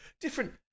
different